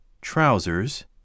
trousers